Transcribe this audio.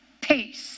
peace